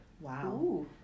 Wow